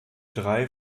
drei